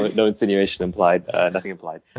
no insinuation implied nothing implied.